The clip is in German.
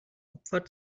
opfer